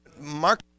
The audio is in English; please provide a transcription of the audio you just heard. Mark